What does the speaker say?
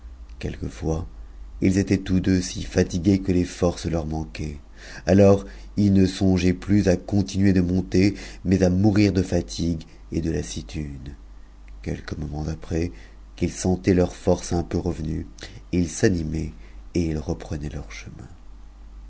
quelquefois ils étaient tous deux si fatigués que les forces leur manquaient alors ils ne songeaient ptus à continuer de monter mais à mourir de fatigue et de lassitude uciques moments après qu'ils sentaient leurs forces un peu revenues ils s'animaient et ils reprenaient leur chemin